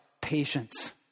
patience